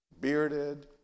bearded